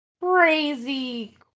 crazy